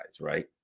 right